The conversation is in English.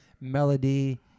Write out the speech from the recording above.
melody